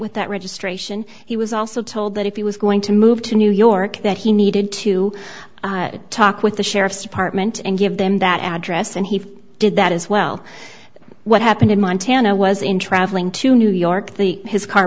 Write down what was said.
with that registration he was also told that if he was going to move to new york that he needed to talk with the sheriff's department and give them that address and he did that as well what happened in montana was in traveling to new york the his car